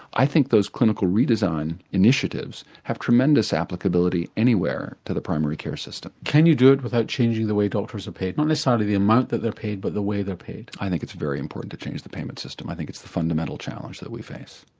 i think those clinical redesign initiatives have tremendous applicability anywhere to the primary care system. can you do it without changing the way doctors are paid, not necessarily the amount that they are paid but the way they're paid? i think it's very important to change the payment system, i think it's the fundamental challenge that we face.